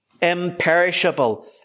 imperishable